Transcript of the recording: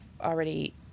already